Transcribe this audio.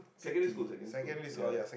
secondary school secondary school ya